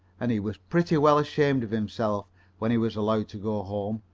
and he was pretty well ashamed of himself when he was allowed to go home,